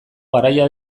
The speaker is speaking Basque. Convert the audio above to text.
garaia